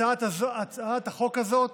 הצעת החוק הזאת